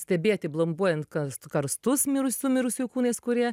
stebėti blombuojant kas karstus mirus su mirusiųjų kūnais kurie